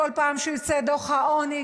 בכל פעם שיוצא דוח העוני,